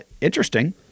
interesting